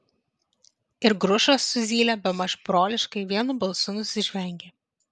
ir grušas su zyle bemaž broliškai vienu balsu nusižvengė